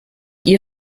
ihr